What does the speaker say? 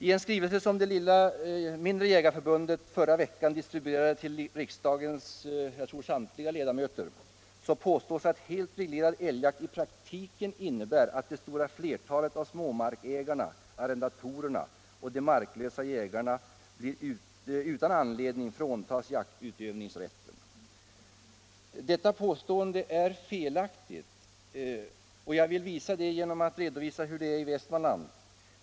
I en skrivelse som det mindre jägarförbundet i förra veckan distribuerat till — tror jag — samtliga riksdagens ledamöter påstås att helt reglerad älgjakt i praktiken innebär att det stora flertalet av småmarkägarna, arrendatorerna och de marklösa jägarna utan anledning fråntages jaktutövningsrätten. Detta påstående är helt felaktigt och jag vill visa det genom att redovisa hur vi har det i Västmanland.